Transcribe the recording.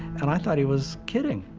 and i thought he was kidding.